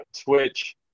Twitch